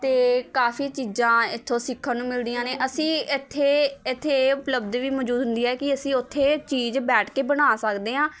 ਅਤੇ ਕਾਫੀ ਚੀਜ਼ਾਂ ਇੱਥੋਂ ਸਿੱਖਣ ਨੂੰ ਮਿਲਦੀਆਂ ਨੇ ਅਸੀਂ ਇੱਥੇ ਇੱਥੇ ਇਹ ਉਪਲਬਧੀ ਵੀ ਮੌਜੂਦ ਹੁੰਦੀ ਹੈ ਕਿ ਅਸੀਂ ਉੱਥੇ ਚੀਜ਼ ਬੈਠ ਕੇ ਬਣਾ ਸਕਦੇ ਹਾਂ